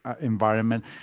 environment